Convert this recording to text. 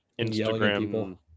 Instagram